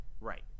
Right